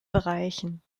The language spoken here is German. bereichen